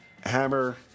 Hammer